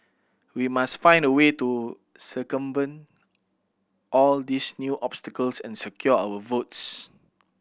we must find a way to circumvent all these new obstacles and secure our votes